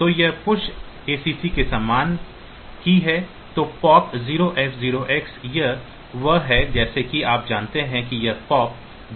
तो यह push acc के समान ही है तो पॉप 0f0hex यह वही है जैसा कि आप जानते हैं कि यह पॉप B